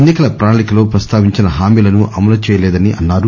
ఎన్సి కల ప్రణాళికలో ప్రస్తావించిన హామీలను అమలు చేయలేదని అన్సారు